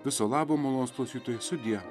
viso labo malonūs klausytojai sudie